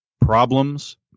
problems